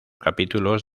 capítulos